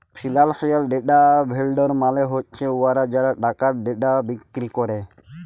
financial data vendor মালে হছে উয়ারা যারা টাকার ডেটা বিক্কিরি ক্যরে